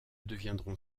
deviendront